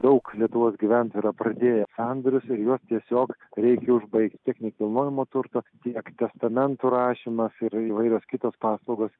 daug lietuvos gyventojų yra pradėję sandorius ir juos tiesiog reikia užbaigt tiek nekilnojamo turto tiek testamentų rašymas ir įvairios kitos paslaugos